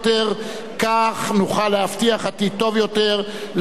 נוכל להבטיח עתיד טוב יותר לנו ולילדינו.